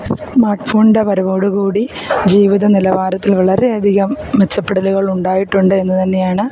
smart ഫോണിൻ്റെ വരവോടുകൂടി ജീവിത നിലവാരത്തിൽ വളരെയധികം മെച്ചപ്പെടലുകൾ ഉണ്ടായിട്ടുണ്ട് എന്ന് തന്നെയാണ്